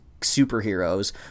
superheroes